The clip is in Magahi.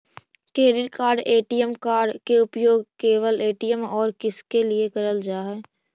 क्रेडिट कार्ड ए.टी.एम कार्ड के उपयोग केवल ए.टी.एम और किसके के लिए करल जा है?